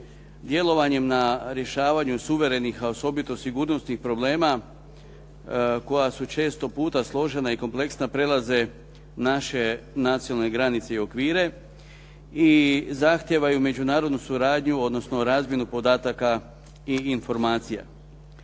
djelovanjem na rješavanju suverenih a osobito sigurnosnih problema koja su često puta složena i kompleksna prelaze naše nacionalne granice i okvire i zahtijevaju međunarodnu suradnju odnosno razmjenu podataka i informacija.